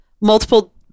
multiple